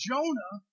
Jonah